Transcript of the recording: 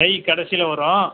தை கடைசில வரும்